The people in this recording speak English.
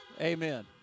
Amen